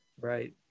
right